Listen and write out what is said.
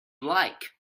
like